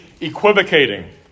equivocating